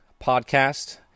podcast